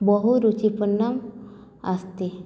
बहुरुचिपूर्णम् अस्ति